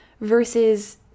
versus